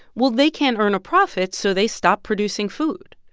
well, they can't earn a profit, so they stop producing food